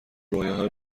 رویاهای